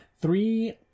three